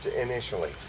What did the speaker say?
initially